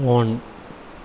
on